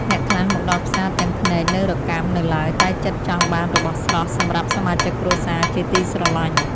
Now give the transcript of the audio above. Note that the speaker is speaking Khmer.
អ្នកខ្លះមកដល់ផ្សារទាំងភ្នែកនៅរកាំនៅឡើយតែចិត្តចង់បានរបស់ស្រស់សម្រាប់សមាជិកគ្រួសារជាទីស្រឡាញ់។